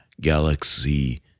Galaxy